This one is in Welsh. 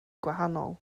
gwahanol